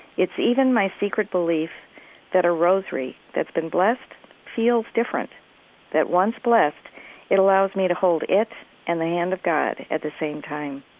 it's even my secret belief that a rosary that's been blessed feels different that once blessed it allows me to hold it and the hand of god at the same time.